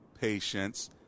patience